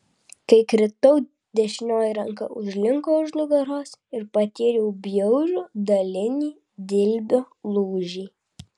kai kritau dešinioji ranka užlinko už nugaros ir patyriau bjaurų dalinį dilbio lūžį